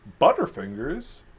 Butterfingers